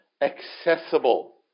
accessible